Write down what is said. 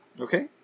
Okay